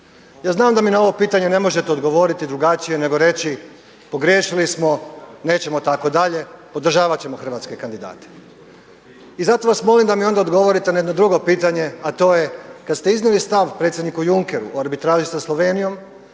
Ja znam da mi na ovo pitanje ne možete odgovoriti drugačije nego reći, pogriješili smo, nećemo tako dalje, podržavat ćemo hrvatske kandidate. I zato vas molim da mi onda odgovorite na jedno drugo pitanje, a to je kada ste iznijeli stav predsjedniku Junckeru o arbitraži sa Slovenijom